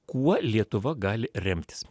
kuo lietuva gali remtis